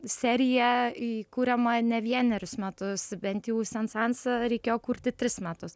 serija kuriama ne vienerius metus bent jau sensansą reikėjo kurti tris metus